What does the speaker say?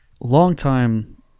longtime